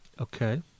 Okay